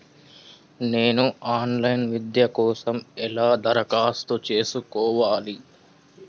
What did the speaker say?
నేను online విద్య కోసం ఎలా దరఖాస్తు చేసుకోవాలి?